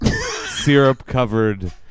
syrup-covered